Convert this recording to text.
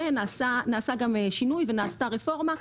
ונעשה גם שינוי ונעשתה רפורמה,